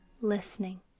listening